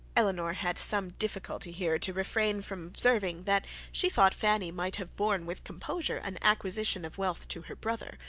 elinor had some difficulty here to refrain from observing, that she thought fanny might have borne with composure, an acquisition of wealth to her brother,